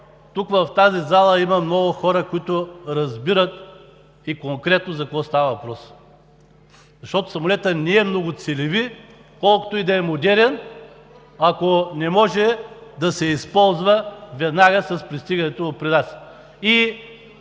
тук, в тази зала, има много хора, които разбират и конкретно за какво става въпрос. Защото самолетът не е многоцелеви, колкото и да е модерен, ако не може да се използва веднага след пристигането му при нас.